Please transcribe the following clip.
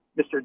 Mr